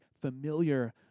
familiar